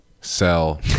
sell